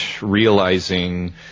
realizing